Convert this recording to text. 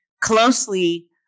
closely